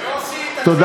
יוסי, תתחילו לארוז.